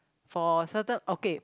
for certain okay